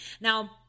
Now